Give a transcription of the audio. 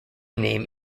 name